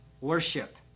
worship